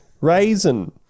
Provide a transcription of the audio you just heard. Raisin